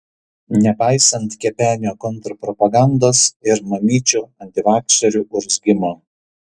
nepaisant kepenio kontrpropagandos ir mamyčių antivakserių urzgimo